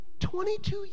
22